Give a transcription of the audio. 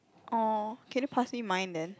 orh can you pass me mine then